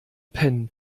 penh